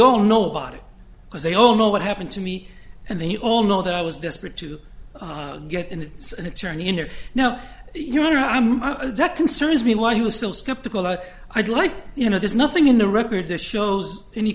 all know about it because they all know what happened to me and they all know that i was desperate to get and it's an attorney in here now your honor i'm that concerns me why he was still skeptical but i'd like you know there's nothing in the record that shows any